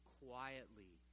quietly